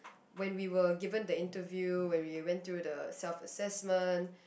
when we were given the interview when we went through the self assessment